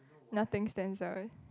nothing stands out